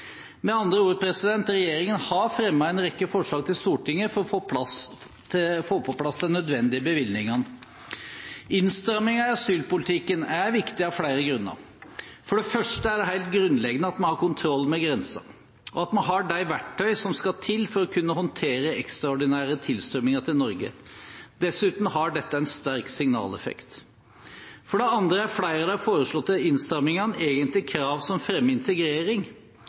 Med andre ord, regjeringen har fremmet en rekke forslag til Stortinget for å få på plass de nødvendige bevillingene. Innstramminger i asylpolitikken er viktig av flere grunner. For det første er det helt grunnleggende at vi har kontroll ved grensen, og at vi har de verktøy som skal til for å kunne håndtere ekstraordinære tilstrømminger til Norge. Dessuten har dette en sterk signaleffekt. For det andre er flere av de foreslåtte innstrammingene egentlig krav som fremmer integrering.